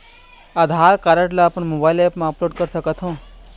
आधार card ला अपन mobile app मा अपलोड कर सकथों?